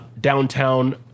downtown